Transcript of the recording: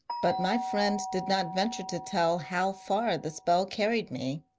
but my friend did not venture to tell how far the spell carried me.